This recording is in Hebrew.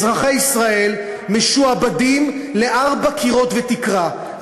אזרחי ישראל משועבדים לארבעה קירות ותקרה.